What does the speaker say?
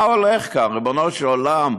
מה הולך כאן, ריבונו של עולם?